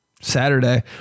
Saturday